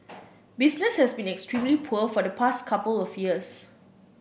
business has been extremely poor for the past couple of years